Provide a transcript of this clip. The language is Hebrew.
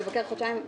המבקר חודשיים.